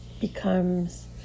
becomes